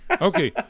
Okay